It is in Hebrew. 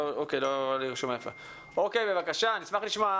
ואני רואה שכדי להשיג את הדברים שאני רוצה,